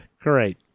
great